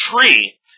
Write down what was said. tree